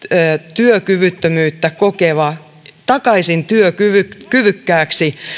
työkyvyttömyyttä kokeva takaisin työkyvykkääksi